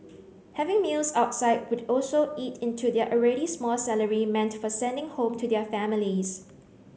having meals outside would also eat into their already small salary meant for sending home to their families